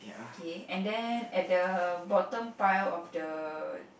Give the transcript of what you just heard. okay and then at the bottom pile of the